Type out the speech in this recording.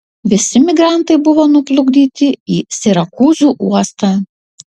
visi migrantai buvo nuplukdyti į sirakūzų uostą